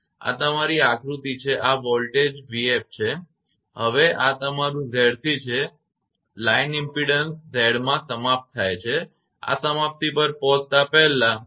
આ તમારી આકૃતિ છે આ વોલ્ટેજ છે 𝑣𝑓 હવે આ તમારું 𝑍𝑐 છે અને લાઇન એ ઇમપેડન્સ Z માં સમાપ્ત થાય છે આ સમાપ્તિ પર પહોંચતા પહેલા છે